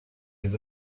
his